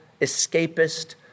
escapist